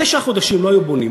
תשעה חודשים לא היו בונים.